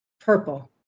purple